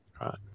right